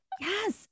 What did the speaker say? Yes